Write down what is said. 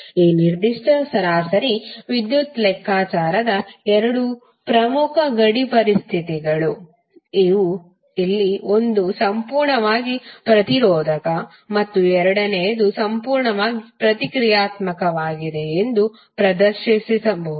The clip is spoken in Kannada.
ಈ ನಿರ್ದಿಷ್ಟ ಸರಾಸರಿ ವಿದ್ಯುತ್ ಲೆಕ್ಕಾಚಾರದ ಎರಡು ಪ್ರಮುಖ ಗಡಿ ಪರಿಸ್ಥಿತಿಗಳು ಇವು ಅಲ್ಲಿ ಒಂದು ಸಂಪೂರ್ಣವಾಗಿ ಪ್ರತಿರೋಧಕ ಮತ್ತು ಎರಡನೆಯದು ಸಂಪೂರ್ಣವಾಗಿ ಪ್ರತಿಕ್ರಿಯಾತ್ಮಕವಾಗಿದೆ ಎಂದು ಪ್ರದರ್ಶಿಸಬಹುದು